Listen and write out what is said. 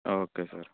okay sir